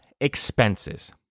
expenses